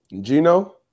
Gino